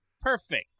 perfect